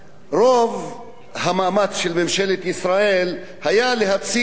רוב המאמץ של ממשלת ישראל היה להציג מבחינה